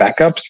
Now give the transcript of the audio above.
backups